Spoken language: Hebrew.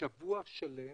שבוע שלם